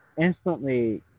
instantly